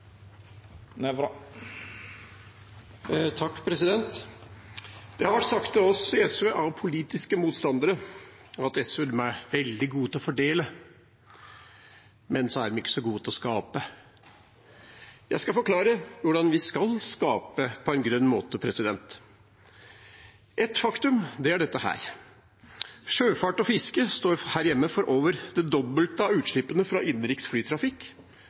Det har vært sagt til oss i SV fra politiske motstandere at SV er veldig gode til å fordele, men ikke så gode til å skape. Jeg skal forklare hvordan vi skal skape på en grønn måte. Et faktum er dette: Sjøfart og fiske står her hjemme for utslipp som er over det dobbelte av utslippene fra innenriks flytrafikk,